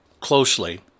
closely